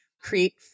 create